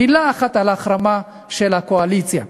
מילה אחת על ההחרמה של הקואליציה.